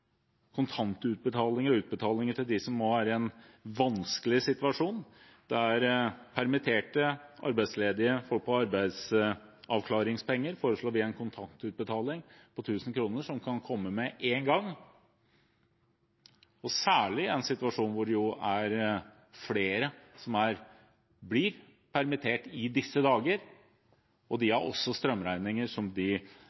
kontantutbetalinger, til dem som nå er i en vanskelig situasjon; det er permitterte, arbeidsledige, folk på arbeidsavklaringspenger. Vi foreslår en kontantutbetaling på 1 000 kr, som kan komme med én gang, særlig i en situasjon hvor det er flere som blir permittert i disse dager. De